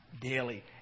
daily